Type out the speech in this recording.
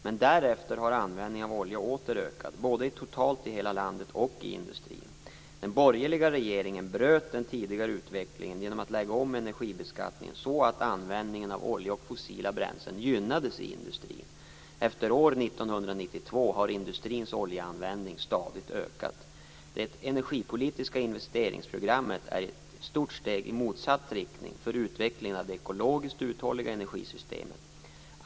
Men därefter har användningen av olja åter ökat, både totalt i hela landet och i industrin. Den borgerliga regeringen bröt den tidigare utvecklingen genom att lägga om energibeskattningen så att användningen av olja och fossila bränslen gynnades i industrin. Efter år 1992 har industrins oljeanvändning stadigt ökat. Det energipolitiska investeringsprogrammet är ett stort steg i motsatt riktning. Det är för utvecklingen av det ekologiskt uthålliga energisystemet.